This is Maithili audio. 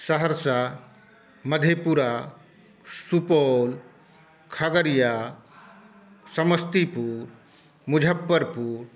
सहरसा मधेपुरा सुपौल खगड़िया समस्तीपुर मुजफ्फरपुर